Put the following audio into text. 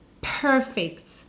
perfect